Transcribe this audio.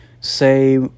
Say